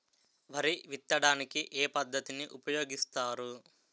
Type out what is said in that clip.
వరి విత్తడానికి ఏ పద్ధతిని ఉపయోగిస్తారు?